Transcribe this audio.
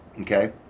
Okay